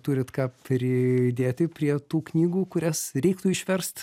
turit ką pridėti prie tų knygų kurias reiktų išverst